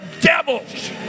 devils